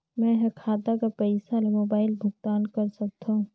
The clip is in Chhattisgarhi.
मैं ह खाता कर पईसा ला मोबाइल भुगतान कर सकथव?